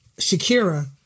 Shakira